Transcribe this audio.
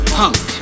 punk